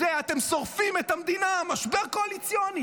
על זה אתם שורפים את המדינה, משבר קואליציוני.